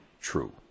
true